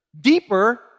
deeper